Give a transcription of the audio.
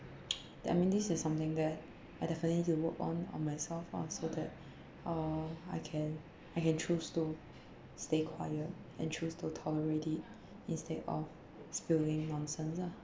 I mean this is something that I definitely need to work on on myself ah so that uh I can I can choose to stay quiet and choose to tolerate it instead of spilling nonsense ah